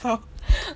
orh